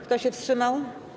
Kto się wstrzymał?